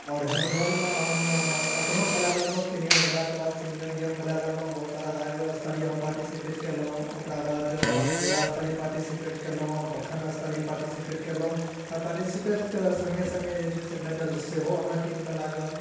आओर हैण्डबौलमे हम अपनो खेलै लगलहुँ सीनियर भेलाके बाद सीनियर गेम खेलै लगलहुँ बहुत सारा राजस्तरीय हम पार्टिसिपेट कयलहुँ ओकरा बाद हम जिलास्तरीय पार्टिसिपेट कयलहुँ हम प्रखण्ड स्तरीय पार्टिसिपेट कयलहुँ आओर पार्टिसिपेस्टके सङ्गे सङ्गे जे छै से मेडल सेहो हमरा टीम के लागल